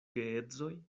geedzoj